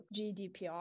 GDPR